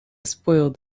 spoiled